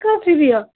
कसरी हो